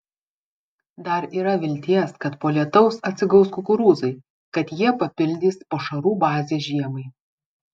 dar yra vilties kad po lietaus atsigaus kukurūzai kad jie papildys pašarų bazę žiemai